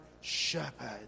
shepherd